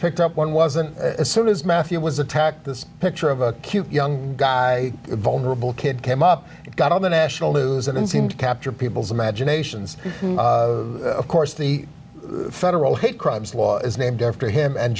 picked up one wasn't as soon as matthew was attacked this picture of a cute young guy vulnerable kid came up and got on the national news and seemed to capture people's imaginations of course the federal hate crimes law is named after him and